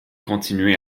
continuer